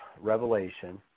Revelation